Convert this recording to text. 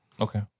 Okay